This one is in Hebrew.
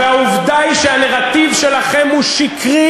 והעובדה היא שהנרטיב שלכם הוא שקרי,